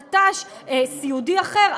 נטש סיעודי אחר,